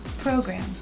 program